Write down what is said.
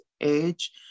age